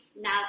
now